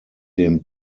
dem